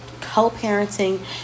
co-parenting